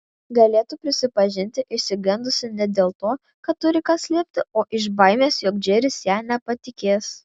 galėtų prisipažinti išsigandusi ne dėl to kad turi ką slėpti o iš baimės jog džeris ja nepatikės